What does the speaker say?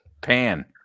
pan